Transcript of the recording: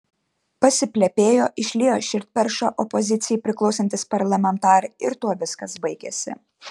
pasiplepėjo išliejo širdperšą opozicijai priklausantys parlamentarai ir tuo viskas baigėsi